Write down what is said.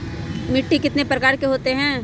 मिट्टी कितने प्रकार के होते हैं?